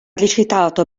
recitato